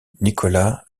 nicholas